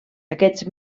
aquests